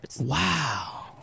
Wow